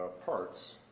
ah parts,